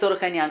לצורך העניין,